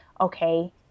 okay